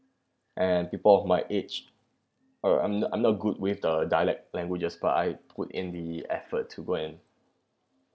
and people of my age uh I'm I'm not good with the dialect languages but I put in the effort to go and